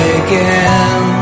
again